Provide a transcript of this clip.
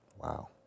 Wow